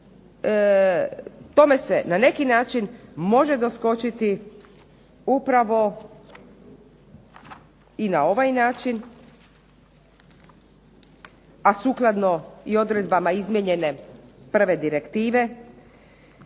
tome se na neki način može doskočiti upravo i na ovaj način, a sukladno i odredbama izmijenjene 1. direktive,